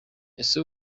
ese